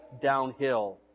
downhill